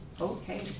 Okay